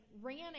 ran